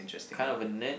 kind of a nerd